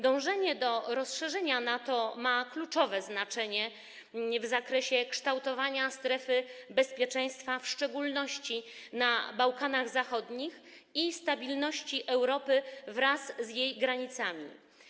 Dążenie do rozszerzenia NATO ma kluczowe znaczenie w zakresie kształtowania strefy bezpieczeństwa, w szczególności na Bałkanach Zachodnich, i stabilności Europy wraz z jej granicami.